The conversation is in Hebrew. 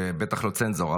ואני בטח לא צנזור,